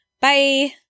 Bye